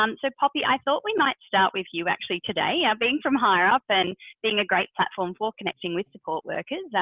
um so poppy, i thought we might start with you actually today yeah being from hireup and being a great platform for connecting with support workers.